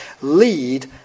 lead